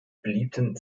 beliebten